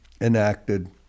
enacted